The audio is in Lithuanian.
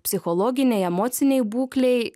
psichologinei emocinei būklei